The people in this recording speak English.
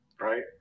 Right